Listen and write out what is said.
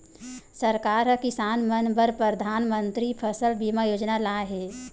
सरकार ह किसान मन बर परधानमंतरी फसल बीमा योजना लाए हे